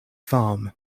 farm